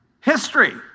History